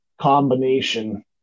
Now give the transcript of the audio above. combination